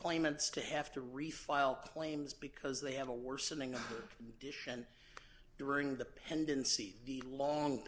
claimants to have to refile claims because they have a worsening condition during the pendency the long